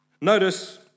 Notice